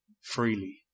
freely